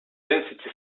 density